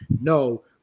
No